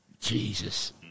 Jesus